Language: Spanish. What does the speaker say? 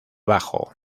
bajo